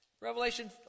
Revelation